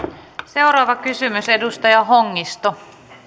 seuraava kysymys edustaja hongisto